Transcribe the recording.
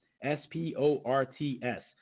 S-P-O-R-T-S